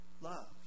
love